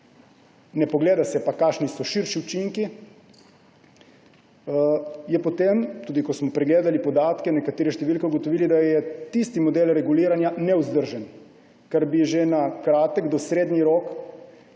ne pogleda se pa, kakšni so širši učinki – potem, tudi ko smo pregledali podatke, nekatere številke, smo ugotovili, da je tisti model reguliranja nevzdržen. Ker bi moralo biti že na kratek do srednji rok